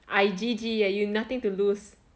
I G_G leh you nothing to lose